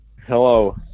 Hello